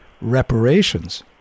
reparations